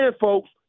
folks